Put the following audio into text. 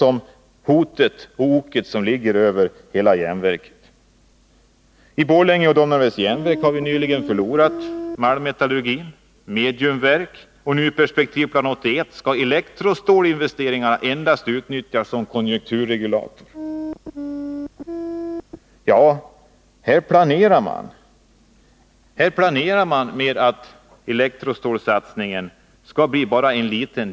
Och det hotet vilar över hela järnsamhället. Vid Domnarvets Jernverk i Borlänge har vi nyligen förlorat malmmetallurgin och ett mediumverk. Och enligt Perspektivplan 81 skall elektrostålsinvesteringar endast utnyttjas som konjunkturregulator. Man räknar alltså med att satsningen på elektrostål blir liten.